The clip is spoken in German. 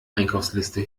einkaufsliste